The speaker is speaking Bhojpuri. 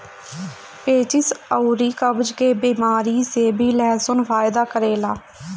पेचिस अउरी कब्ज के बेमारी में भी लहसुन फायदा करेला